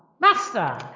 Master